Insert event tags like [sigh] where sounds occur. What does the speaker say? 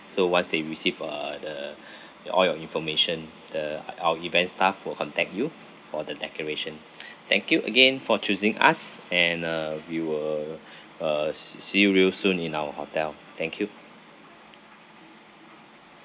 so once they receive uh the [breath] your all your information the o~ our event staff will contact you for the decoration [breath] thank you again for choosing us and uh we will uh s~ see you real soon in our hotel thank you